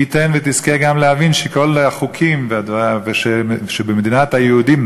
מי ייתן ותזכה גם להבין שכל החוקים שבמדינת היהודים